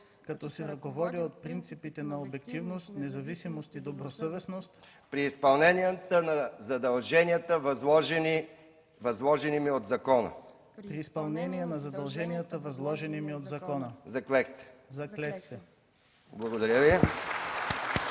като се ръководя от принципите на независимост, обективност и добросъвестност при изпълнението на задълженията, възложени ми от закона. Заклех се.”